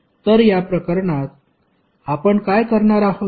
तर या प्रकरणात आपण काय करणार आहोत